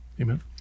Amen